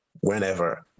whenever